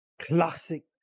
classic